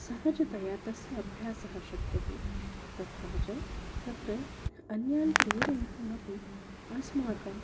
सहजतया तस्य अभ्यासः शक्यते तथा च तत्र अन्यान् प्रेरयितुमपि अस्माकम्